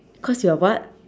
cause you are what